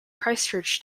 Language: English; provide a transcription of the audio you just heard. christchurch